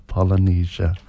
Polynesia